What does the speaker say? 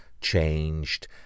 changed